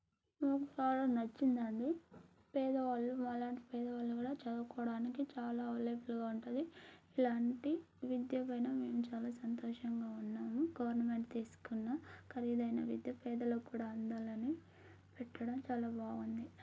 నాకు బాగా నచ్చిందండి పేదవాళ్ళు మాలాంటి పేదవాళ్ళు గూడా చదువుకోవడానికి చాలా వాళ్ళే ఫుల్గా ఉంటుంది ఇలాంటి వింతేమైనా మేము చాలా సంతోషంగా ఉన్నాము గవర్నమెంట్ తీసుకున్న ఖరీదైన విద్య పేదలకు కూడా అందాలని పెట్టడం చాలా బాగుంది